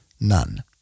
none